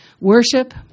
Worship